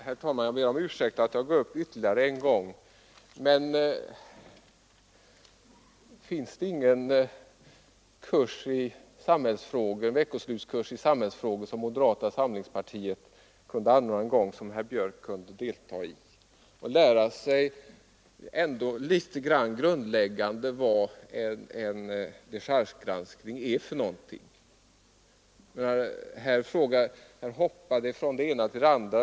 Herr talman! Jag ber om ursäkt för att jag begär ordet ytterligare en gång. Men kan inte moderata samlingspartiet ordna någon veckoslutskurs i samhällsfrågor som herr Björck i Nässjö kan få delta i för att lära sig det grundläggande om vad en dechargegranskning är? Herr Björck hoppar från det ena till det andra.